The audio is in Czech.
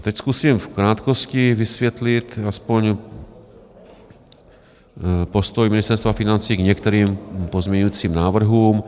Teď zkusím v krátkosti vysvětlit aspoň postoj Ministerstva financí k některým pozměňovacím návrhům.